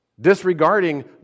Disregarding